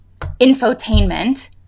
infotainment